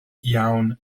iawn